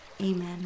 amen